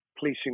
policing